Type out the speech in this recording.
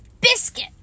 biscuit